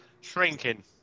Shrinking